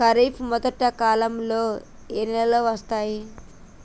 ఖరీఫ్ మొదటి కాలంలో ఏ నెలలు వస్తాయి?